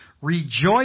Rejoice